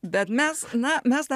bet mes na mes dar